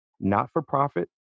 not-for-profit